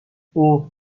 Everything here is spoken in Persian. اوه